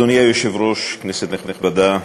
אדוני היושב-ראש, כנסת נכבדה,